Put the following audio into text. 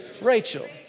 Rachel